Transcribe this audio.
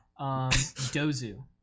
Dozu